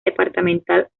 departamental